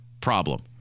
problem